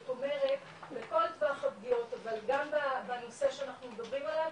זאת אומרת לכל טווח הפגיעות אבל גם בנושא שאנחנו מדברים עליו,